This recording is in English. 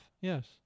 yes